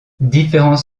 différents